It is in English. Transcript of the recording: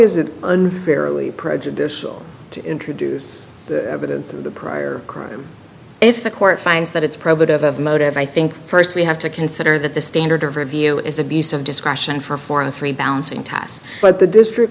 is it unfairly prejudicial to introduce evidence of the prior crime if the court finds that it's probably to have a motive i think first we have to consider that the standard of review is abuse of discretion for four or three balancing tasks but the district